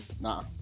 Nah